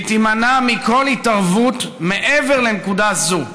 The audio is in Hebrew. והיא תימנע מכל התערבות מעבר לנקודה זו.